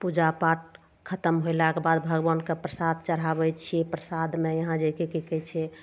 पूजा पाठ खतम होइलाके बाद भगवानके प्रसाद चढ़ाबय छियै प्रसादमे यहाँ जाके कि कहय छै